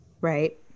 right